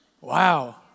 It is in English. Wow